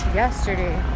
yesterday